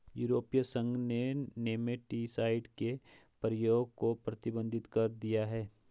यूरोपीय संघ ने नेमेटीसाइड के प्रयोग को प्रतिबंधित कर दिया है